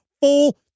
full